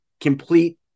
complete